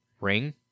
ring